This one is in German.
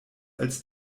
als